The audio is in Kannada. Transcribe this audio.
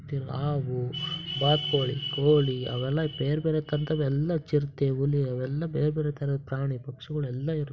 ತಿರ್ಗಾ ಅವು ಬಾತು ಕೋಳಿ ಕೋಳಿ ಅವೆಲ್ಲ ಬೇರೆ ಬೇರೆ ಥರದವೆಲ್ಲ ಚಿರತೆ ಹುಲಿ ಅವೆಲ್ಲ ಬೇರೆ ಬೇರೆ ಥರದ್ದು ಪ್ರಾಣಿ ಪಕ್ಷಿಗಳೆಲ್ಲ ಇರುತ್ತೆ